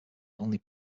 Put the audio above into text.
only